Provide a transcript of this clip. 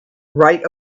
right